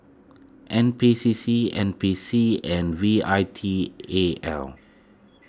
N P C C N P C and V I T A L